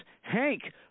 Hank